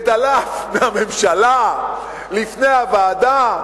וזה דלף מהממשלה לפני הוועדה,